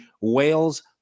Wales